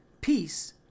peace